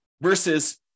versus